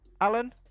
Alan